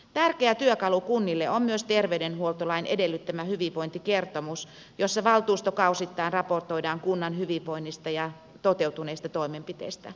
tärkeä työkalu kunnille on myös terveydenhuoltolain edellyttämä hyvinvointikertomus jossa valtuustokausittain raportoidaan kunnan hyvinvoinnista ja toteutuneista toimenpiteistä